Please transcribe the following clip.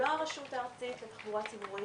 לא הרשות הארצית לתחבורה הציבורית,